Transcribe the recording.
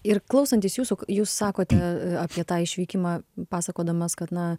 ir klausantis jūsų jūs sakote apie tą išvykimą pasakodamas kad na